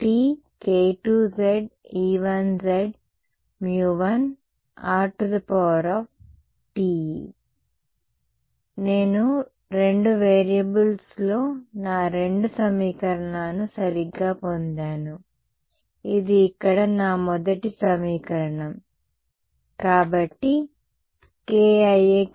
k1ze2z21 RTk2ze1z1RTE నేను 2 వేరియబుల్స్లో నా 2 సమీకరణాలను సరిగ్గా పొందాను ఇది ఇక్కడ నా మొదటి సమీకరణం కాబట్టి k ix